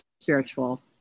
spiritual